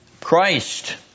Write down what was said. Christ